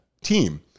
team